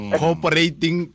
cooperating